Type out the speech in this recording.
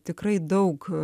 tikrai daug